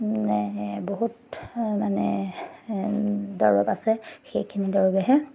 বহুত মানে দৰৱ আছে সেইখিনি দৰৱেহে